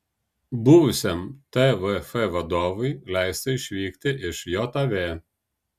buvusiam tvf vadovui leista išvykti iš jav